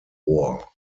war